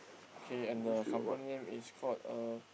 okay and the company name is called uh